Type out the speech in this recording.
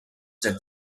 that